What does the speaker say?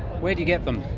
where do you get them?